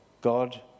God